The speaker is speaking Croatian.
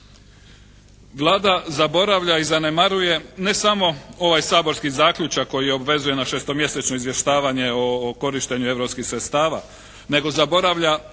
Vlada zaboravlja i zanemaruje ne samo ovaj saborski zaključak koji obvezuje na 6-mjesečno izvještavanje o korištenju europskih sredstava, nego zaboravlja